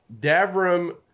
Davram